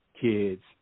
kids